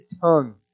tongue